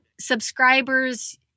subscribers